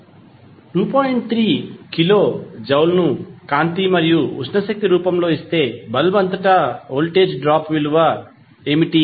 3 kilo joule ను కాంతి మరియు ఉష్ణ శక్తి రూపంలో ఇస్తే బల్బ్ అంతటా వోల్టేజ్ డ్రాప్ విలువ ఏమిటి